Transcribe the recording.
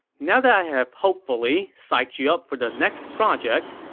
now that i have hopefully psyched you up for the next project,